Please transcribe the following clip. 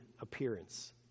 appearance